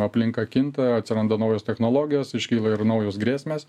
aplinka kinta atsiranda naujos technologijos iškyla ir naujos grėsmės